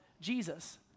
Jesus